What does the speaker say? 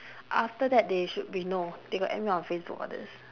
after that they should be no they got add me on facebook all this